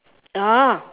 oh